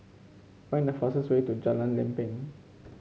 find the fastest way to Jalan Lempeng